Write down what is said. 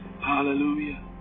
Hallelujah